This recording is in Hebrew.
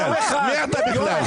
אני